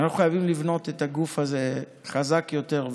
אנחנו חייבים לבנות את הגוף הזה חזק יותר,